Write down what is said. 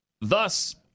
Thus